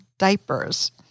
diapers